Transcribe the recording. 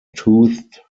toothed